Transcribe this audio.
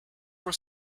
were